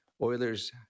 Oilers